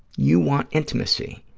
you want intimacy.